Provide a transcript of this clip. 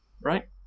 right